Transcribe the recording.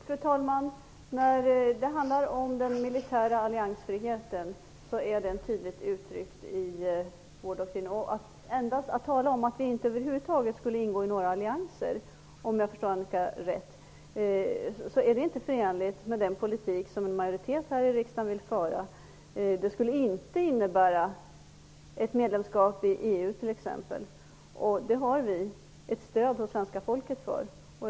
Fru talman! Den militära alliansfriheten är tydligt uttryckt i vår doktrin. Att tala om att vi inte över huvud taget skulle ingå i några allianser, om jag förstår Annika Nordgren rätt, är inte förenligt med den politik som en majoritet i riksdagen vill föra. Det skulle t.ex. inte innebära ett medlemskap i EU, och det har vi ett stöd hos svenska folket för.